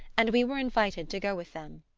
and we were invited to go with them.